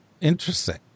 Interesting